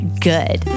good